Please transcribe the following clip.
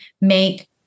make